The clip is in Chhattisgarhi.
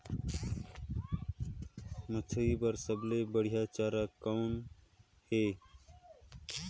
मछरी बर सबले बढ़िया चारा कौन हे?